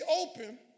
open